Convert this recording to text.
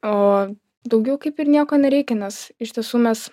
o daugiau kaip ir nieko nereikia nes iš tiesų mes